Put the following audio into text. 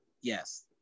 yes